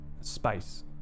space